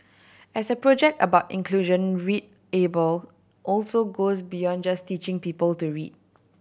as a project about inclusion readable also goes beyond just teaching people to read